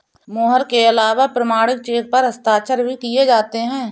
मोहर के अलावा प्रमाणिक चेक पर हस्ताक्षर भी किये जाते हैं